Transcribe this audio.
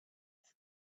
asked